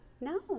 No